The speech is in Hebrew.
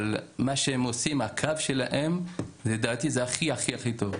אבל מה שהם עושים, הקו שלהם לדעתי זה הכי הכי טוב.